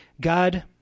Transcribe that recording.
God